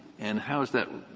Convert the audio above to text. and how is that